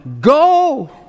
Go